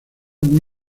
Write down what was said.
muy